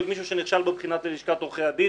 מישהו שנכשל בבחינת של לשכת עורכי הדין,